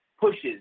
pushes